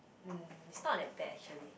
um it's not that bad actually